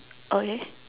okay